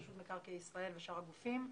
רשות מקרקעי ישראל ושאר הגופים,